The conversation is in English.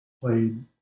played